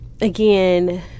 again